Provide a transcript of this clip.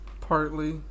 partly